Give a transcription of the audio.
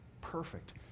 perfect